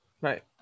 Right